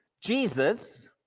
Jesus